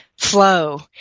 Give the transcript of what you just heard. flow